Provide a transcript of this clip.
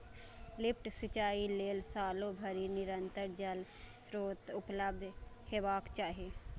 lift सिंचाइ लेल सालो भरि निरंतर जल स्रोत उपलब्ध हेबाक चाही